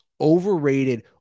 overrated